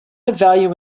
value